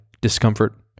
discomfort